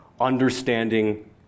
Understanding